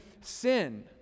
sin